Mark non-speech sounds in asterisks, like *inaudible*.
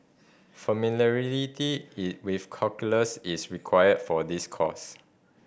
familiarity *unintelligible* with calculus is required for this course